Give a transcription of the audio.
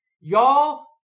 y'all